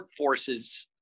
workforces